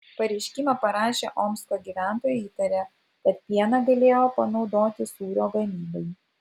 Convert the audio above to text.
pareiškimą parašę omsko gyventojai įtaria kad pieną galėjo panaudoti sūrio gamybai